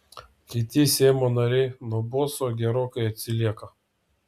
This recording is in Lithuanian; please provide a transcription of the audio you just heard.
kiti seimo nariai nuo boso gerokai atsilieka